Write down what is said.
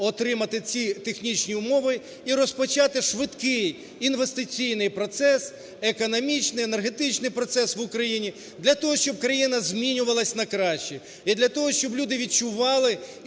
отримати ці технічні умови і розпочати швидкий інвестиційний процес, економічний, енергетичний процес в Україні для того, щоб країна змінювалася на краще, для того, щоб люди відчували